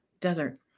desert